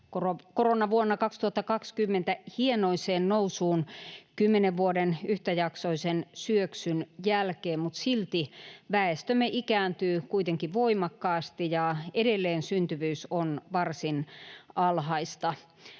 koronavuonna 2020 hienoiseen nousuun kymmenen vuoden yhtäjaksoisen syöksyn jälkeen, mutta silti väestömme ikääntyy voimakkaasti ja edelleen syntyvyys on varsin alhaista.